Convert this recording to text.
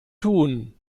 tun